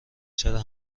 چرا